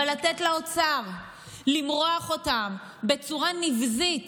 אבל לתת לאוצר למרוח אותם בצורה נבזית